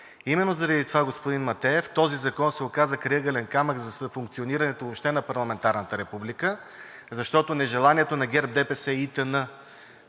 Именно заради това, господин Матеев, този закон се оказа крайъгълен камък за съфункционирането въобще на парламентарната република. Защото нежеланието на ГЕРБ, ДПС, ИТН